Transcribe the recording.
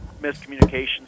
miscommunication